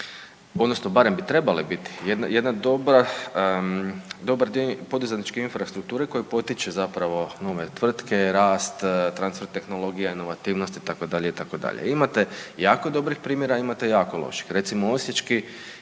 odnosno barem bi trebale biti jedna dobra, dobar dio poduzetničke infrastrukture koji potiče zapravo nove tvrtke, rast, transfer tehnologija, inovativnosti itd., itd. Imate jako dobrih primjera, a imate jako loših. Recimo osječki